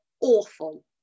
awful